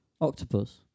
Octopus